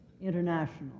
international